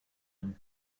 him